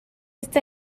este